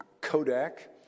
Kodak